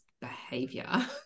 behavior